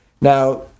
Now